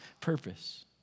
purpose